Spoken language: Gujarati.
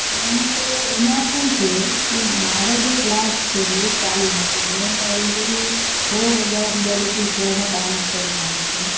કેમ કે એમાં શું છે કે મારો જે ક્લાસ છે એ ચાલુ નથી મેં ઑલરેડી બહુ બધાં રીયાલ્ટી શોમાં ડાંસ કરીને આઈ છું